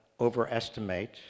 overestimate